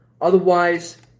otherwise